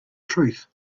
truth